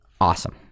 awesome